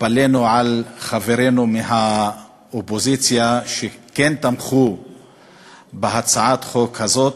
התפלאנו על חברינו מהאופוזיציה שכן תמכו בהצעת החוק הזו,